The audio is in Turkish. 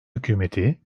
hükümeti